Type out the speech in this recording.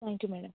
thank you madam